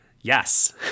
yes